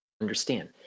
understand